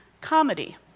comedy